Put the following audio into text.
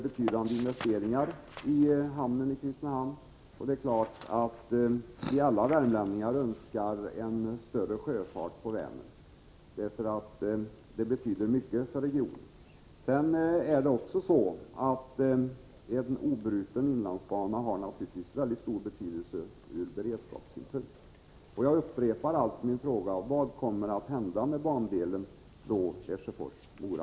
Betydande investeringar har gjorts i hamnen i Kristinehamn, och det är klart att vi alla värmlänningar önskar större sjöfart på Vänern. Det betyder mycket för regionen. En obruten inlandsbana har naturligtvis vidare en mycket stor betydelse ur beredskapssynpunkt. Jag upprepar alltså min fråga: Vad kommer att hända med bandelen Lesjöfors-Mora?